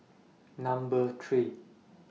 Number three